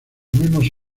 mismos